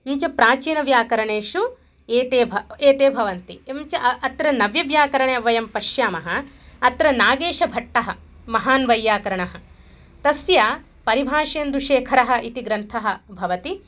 किञ्च प्राचीनव्याकरणेषु एते भ एते भवन्ति एवञ्च अ अत्र नव्यव्याकरणे वयं पश्यामः अत्र नागेशभट्टः महान् वैयाकरणः तस्य परिभाषेन्दुशेखरः इति ग्रन्थः भवति